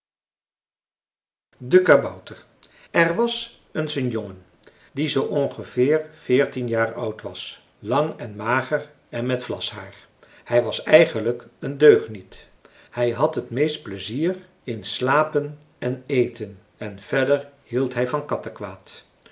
de kabouter er was eens een jongen die zoo ongeveer veertien jaar oud was lang en mager en met vlashaar hij was eigenlijk een deugniet hij had t meeste pleizier in slapen en eten en verder hield hij van kattekwaad